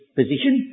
position